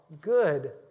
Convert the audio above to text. good